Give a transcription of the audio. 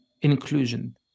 inclusion